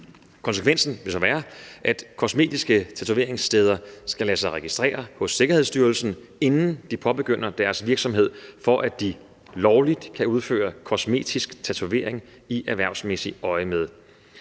Konsekvensen vil så være, at kosmetiske tatoveringssteder skal lade sig registrere hos Sikkerhedsstyrelsen, inden de påbegynder deres virksomhed, for at de lovligt kan udføre kosmetisk tatovering i erhvervsmæssigt øjemed.